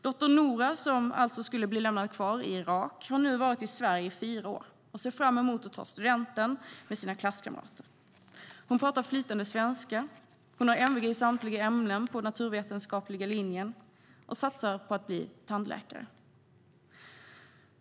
Dottern Noora, som alltså skulle bli lämnad kvar i Irak, har nu varit i Sverige i fyra år och ser fram emot att ta studenten med sina klasskamrater. Hon talar flytande svenska, har MVG i samtliga ämnen på Naturvetenskapliga programmet och satsar på att bli tandläkare.